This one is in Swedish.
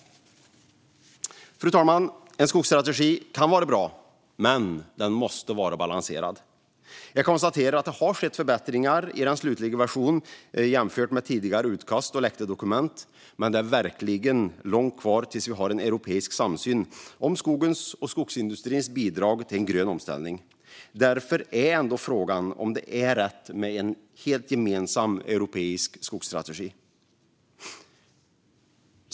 Fru talman! En skogsstrategi kan vara bra, men den måste vara balanserad. Jag konstaterar att det har skett förbättringar i den slutgiltiga versionen jämfört med tidigare utkast och läckta dokument. Men det är verkligen långt kvar tills vi har en europeisk samsyn om skogens och skogsindustrins bidrag till en grön omställning. Därför är ändå frågan om det är rätt med en helt gemensam europeisk skogsstrategi.